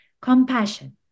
Compassion